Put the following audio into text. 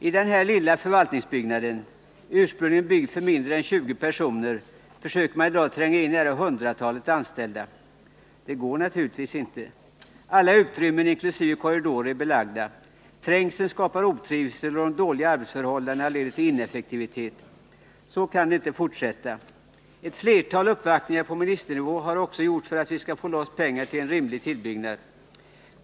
I den lilla förvaltningsbyggnaden — ursprungligen byggd för mindre än 20 personer — försöker man i dag tränga in hundratalet anställda. Det går | naturligtvis inte. Alla utrymmen inkl. korridorer är belagda. Trängseln 39 skapar otrivsel, och de dåliga arbetsförhållandena leder till ineffektivitet. Så kan det inte fortsätta. Flera uppvaktningar på ministernivå har också gjorts för att vi skall få loss pengar till en rimlig tillbyggnad.